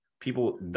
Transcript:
people